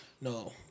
No